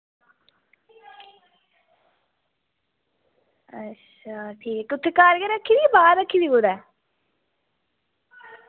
अच्छा ठीक कुत्थें घर गै रक्खी दी जां बाह्र रक्खी दी कुदै